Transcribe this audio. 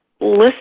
list